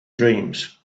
dreams